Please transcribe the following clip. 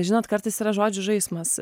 žinot kartais yra žodžių žaismas